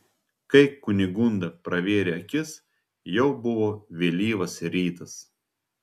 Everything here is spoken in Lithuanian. kai kunigunda pravėrė akis jau buvo vėlyvas rytas